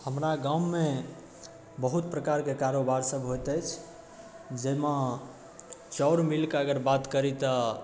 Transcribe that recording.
हमरा गाममे बहुत प्रकारके कारोबारसब होइत अछि जाहिमे चाउर मिलके अगर बात करी तऽ